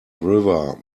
river